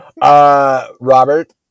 Robert